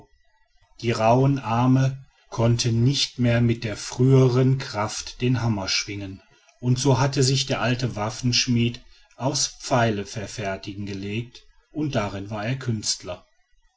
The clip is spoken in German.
die rauhen arme konnten nicht mehr mit der früheren kraft den hammer schwingen und so hatte sich der alte waffenschmied aufs pfeileverfertigen gelegt und darin war er künstler